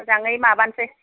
मोजाङै माबानोसै